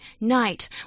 night